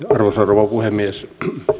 arvoisa rouva puhemies